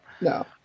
no